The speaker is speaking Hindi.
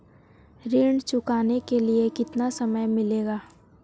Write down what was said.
ऋण चुकाने के लिए कितना समय मिलेगा?